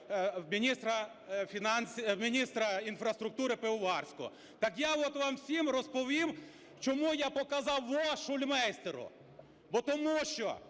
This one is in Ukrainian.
міністра інфраструктури Пивоварського. Так я от вам всім розповім, чому я показав "во!" Шульмейстеру. Бо тому що